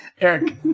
Eric